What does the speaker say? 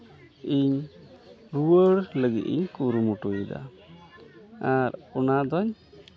ᱤᱧ ᱨᱩᱣᱟᱹᱲ ᱞᱟᱹᱜᱤᱫ ᱤᱧ ᱠᱩᱨᱩᱢᱩᱴᱩᱭ ᱮᱫᱟ ᱟᱨ ᱚᱱᱟᱫᱚᱧ